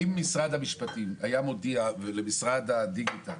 אם משרד המשפטים היה מודיע למשרד הדיגיטל